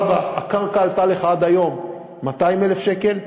הקרקע עלתה לך עד היום 200,000 שקל?